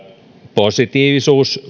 positiivisuus